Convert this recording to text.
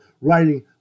writing